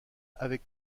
avec